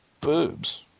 boobs